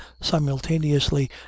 simultaneously